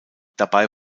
dabei